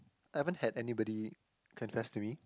I haven't had anybody confess to me